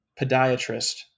podiatrist